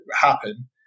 happen